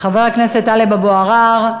חבר הכנסת טלב אבו עראר,